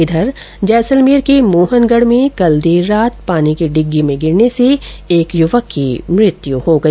उधर र्जसलमेर के मोहनगढ में कल देर रात पानी की डिग्गी में गिरने से एक युवक की मृत्यू हो गई